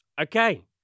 Okay